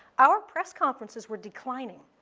our press conferences were declining.